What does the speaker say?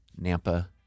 Nampa